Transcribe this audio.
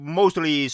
mostly